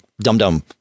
dum-dum